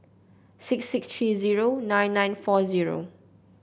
six six three zero nine nine four zero